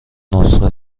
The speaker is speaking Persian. نسخه